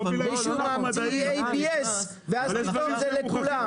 מישהו ממציא ABS ואז פתאום זה לכולם.